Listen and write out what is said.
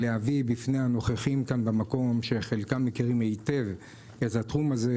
להביא בפני הנוכחים שחלקם מכירים היטב את התחום הזה,